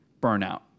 burnout